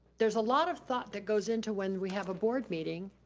there's a lot of thought that goes into when we have a board meeting,